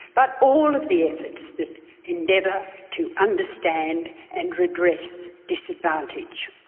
but all of the efforts that endeavour to understand and redress disadvantage.